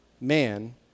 man